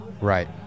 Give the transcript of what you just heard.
Right